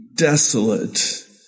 desolate